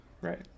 right